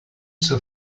zur